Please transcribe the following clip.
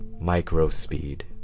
micro-speed